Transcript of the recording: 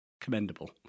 commendable